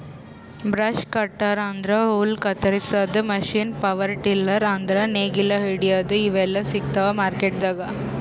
brush cutter ಅಂದ್ರ ಹುಲ್ಲ್ ಕತ್ತರಸಾದ್ ಮಷೀನ್ ಪವರ್ ಟಿಲ್ಲರ್ ಅಂದ್ರ್ ನೇಗಿಲ್ ಹೊಡ್ಯಾದು ಇವೆಲ್ಲಾ ಸಿಗ್ತಾವ್ ಮಾರ್ಕೆಟ್ದಾಗ್